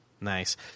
Nice